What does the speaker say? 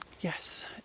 yes